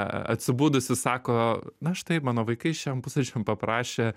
atsibudusi sako na štai mano vaikai šiandien pusryčiam paprašė